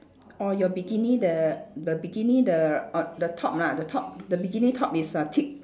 or your bikini the the bikini the on the top ah the top the bikini top is uh thick